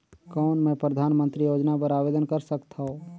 कौन मैं परधानमंतरी योजना बर आवेदन कर सकथव?